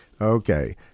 Okay